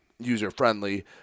user-friendly